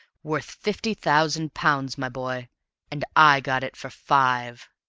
worth fifty thousand pounds, my boy and i got it for five!